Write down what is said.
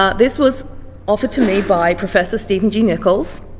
ah this was offered to me by professor stephen g. nichols,